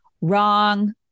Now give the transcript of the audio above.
Wrong